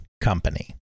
company